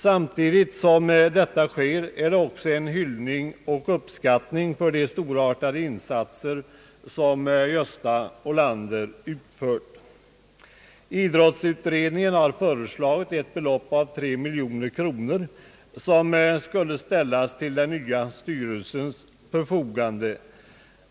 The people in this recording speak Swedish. Samtidigt är det en hyllning till Gösta Olander och en uppskattning av de storartade insatser han gjort. Idrottsutredningen har föreslagit att 3 miljoner kronor skulle ställas till den nya styrelsens förfogande.